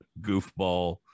goofball